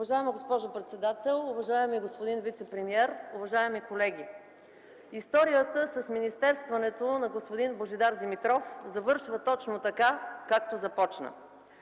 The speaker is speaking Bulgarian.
Уважаема госпожо председател, уважаеми господин вицепремиер, уважаеми колеги! Историята с министерстването на господин Божидар Димитров завършва точно така, както започна.